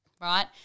right